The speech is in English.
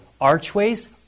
Archways